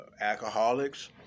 alcoholics